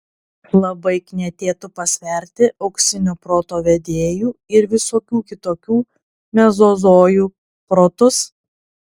labai knietėtų pasverti auksinio proto vedėjų ir visokių kitokių mezozojų protus